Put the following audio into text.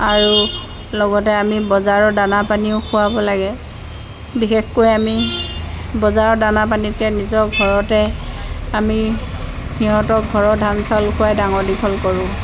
আৰু লগতে আমি বজাৰৰ দানা পানীও খুৱাব লাগে বিশেষকৈ আমি বজাৰৰ দানা পানীতকৈ নিজৰ ঘৰতে আমি সিহঁতৰ ঘৰৰ ধান চাউল খুৱাই ডাঙৰ দীঘল কৰোঁ